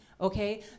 okay